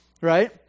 right